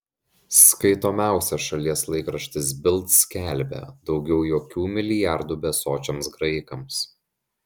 skaitomiausias šalies laikraštis bild skelbia daugiau jokių milijardų besočiams graikams